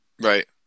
Right